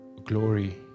glory